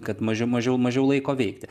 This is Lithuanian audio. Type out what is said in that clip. kad mažiau mažiau mažiau laiko veikti